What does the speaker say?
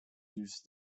used